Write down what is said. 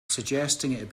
suggesting